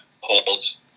holds